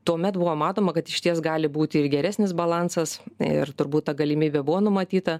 tuomet buvo matoma kad išties gali būti ir geresnis balansas ir turbūt ta galimybė buvo numatyta